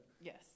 Yes